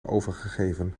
overgegeven